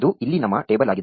ಇದು ಇಲ್ಲಿ ನಮ್ಮ ಟೇಬಲ್ ಆಗಿದೆ